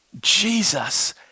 Jesus